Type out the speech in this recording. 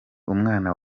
umwana